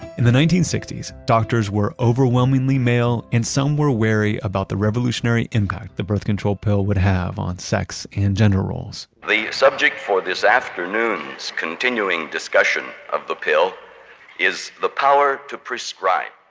in the nineteen sixty s, doctors were overwhelmingly male and some were wary about the revolutionary impact the birth control pill would have on sex and gender roles the subject for this afternoon's continuing discussion of the pill is the power to prescribe.